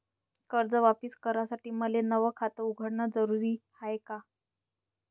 कर्ज वापिस करासाठी मले नव खात उघडन जरुरी हाय का?